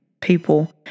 people